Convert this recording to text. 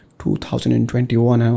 2021